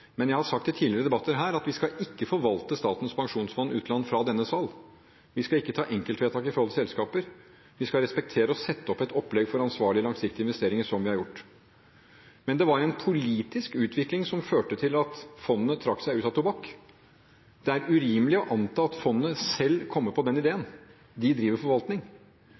Men jeg har sagt i tidligere debatter her at vi ikke skal forvalte Statens pensjonsfond fra denne sal. Vi skal ikke gjøre enkeltvedtak når det gjelder selskaper. Vi skal respektere og sette opp et opplegg for ansvarlige, langsiktige investeringer som vi har gjort. Men det var en politisk utvikling som førte til at fondet trakk seg ut av tobakk. Det er urimelig å anta at fondet selv kommer på den ideen – de driver forvaltning.